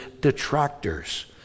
detractors